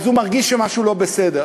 אז הוא מרגיש שמשהו לא בסדר.